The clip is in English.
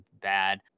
bad